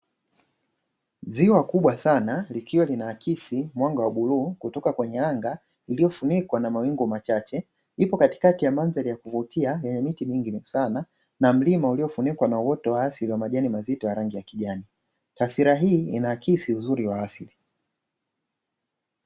Ziwa kubwa sana likiwa lina akisi mwanga wa buluu kutoka kwenye anga iliyofunikwa na mawingu machache ipo katikati ya mandhari ya kuvutia yenye miti mingi sana na mlima uliofunikwa na uoto wa asili wa majani mazito ya rangi ya kijani. Taswira hii ina akisi uzuri wa asili.